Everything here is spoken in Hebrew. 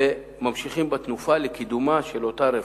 וממשיכים בתנופה לקידומה של אותה רפורמה.